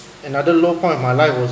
another low point of my life was